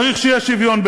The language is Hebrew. צריך שיהיה שוויון.